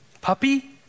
puppy